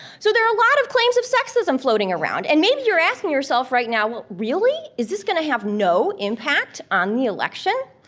so there are a lot of claims of sexism floating around. and maybe you're asking yourself right now, really? is this gonna have no impact on the election?